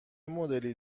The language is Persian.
مدلی